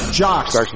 jocks